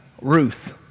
Ruth